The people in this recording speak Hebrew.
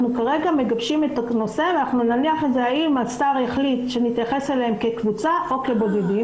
אנחנו כרגע מגבשים את הנושא האם השר יתייחס אליהן כקבוצה או כבודדים.